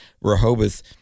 Rehoboth